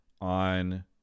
on